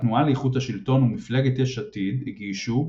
התנועה לאיכות השלטון ומפלגת "יש עתיד" הגישו,